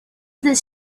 this